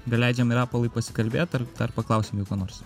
gal leidžiame rapolui pasikalbėt ar dar paklausiam jų ko nors